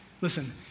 Listen